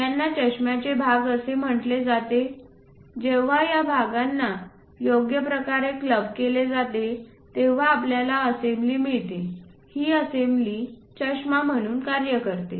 यांना चष्म्याचे भाग असे म्हटले जाते जेव्हा या भागांना योग्य प्रकारे क्लब केले जाते तेव्हा आपल्याला असेंब्ली मिळते ही असेंब्ली चष्मा म्हणून कार्य करते